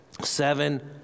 seven